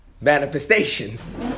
manifestations